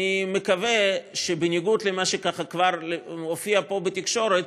אני מקווה שבניגוד למה שכבר הופיע פה בתקשורת,